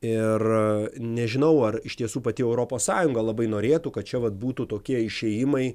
ir nežinau ar iš tiesų pati europos sąjunga labai norėtų kad čia vat būtų tokie išėjimai